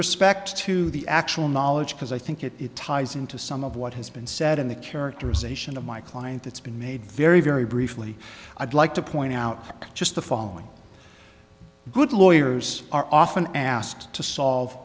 respect to the actual knowledge because i think it it ties into some of what has been said in the characterization of my client that's been made very very briefly i'd like to point out just the following good lawyers are often asked to solve